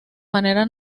manera